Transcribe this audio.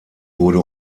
wurde